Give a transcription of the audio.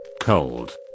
Cold